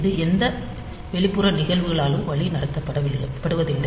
இது எந்த வெளிப்புற நிகழ்வுகளாலும் வழிநடத்தப்படுவதில்லை